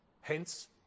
Hence